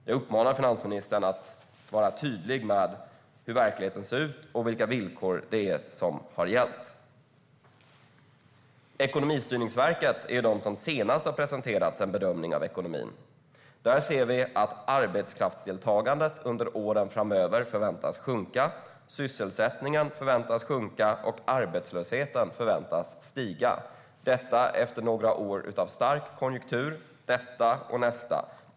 Jag uppmanar finansministern att vara tydlig med hur verkligheten ser ut och vilka villkor som har gällt. Ekonomistyrningsverket har presenterat den senaste bedömningen som gjorts av ekonomin. Där ser vi att arbetskraftsdeltagandet under åren framöver förväntas sjunka, att sysselsättningen förväntas sjunka och att arbetslösheten förväntas stiga. Detta kommer att ske efter några år av stark konjunktur, detta och nästa år.